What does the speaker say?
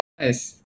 nice